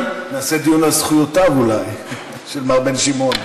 נעשה אולי דיון על זכויותיו של מר בן שמעון.